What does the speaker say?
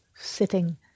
sitting